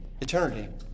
eternity